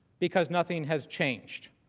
because nothing has changed.